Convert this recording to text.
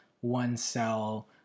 one-cell